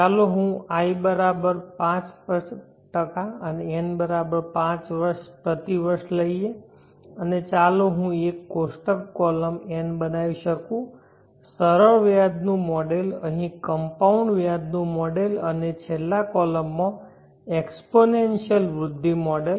ચાલો હું i 5 અને n 5 પ્રતિ વર્ષ લઈએ અને ચાલો હું એક કોષ્ટક કોલમ n બનાવી શકું સરળ વ્યાજ નું મોડેલ અહીં કમ્પાઉન્ડ વ્યાજ નું મોડેલ અને છેલ્લા કોલમ માં એક્સપોનેન્શીઅલ વૃદ્ધિ મોડેલ